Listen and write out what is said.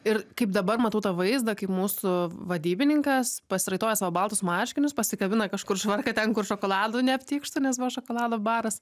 ir kaip dabar matau tą vaizdą kai mūsų vadybininkas pasiraitoja savo baltus marškinius pasikabina kažkur švarką ten kur šokoladu neaptykštu nes buvo šokolado baras